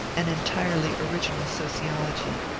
an entirely original sociology.